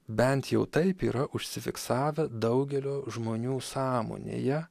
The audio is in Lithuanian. bent jau taip yra užsifiksavę daugelio žmonių sąmonėje